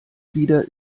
wieder